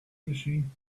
machine